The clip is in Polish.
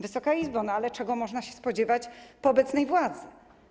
Wysoka Izbo, ale czego można się spodziewać po obecnej władzy?